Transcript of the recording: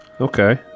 Okay